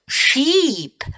sheep